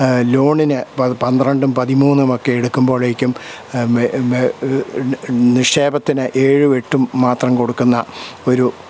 ലോണിന് വ പന്ത്രണ്ടും പതിമൂന്നുമൊക്കെ എടുക്കുമ്പോഴേക്കും നി നിക്ഷേപത്തിന് ഏഴും എട്ടും മാത്രം കൊടുക്കുന്ന ഒരു